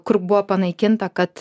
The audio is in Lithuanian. kur buvo panaikinta kad